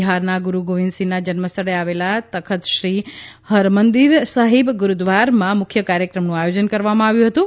બિહારના ગુરૂ ગોવિંદ સિંહના જન્મસ્થળે આવેલા તખતશ્રી હરમંદીર સાહિબ ગુરૂદ્વારામાં મુખ્ય કાર્યક્રમનું આયોજન કરવામાં આવ્યું હતું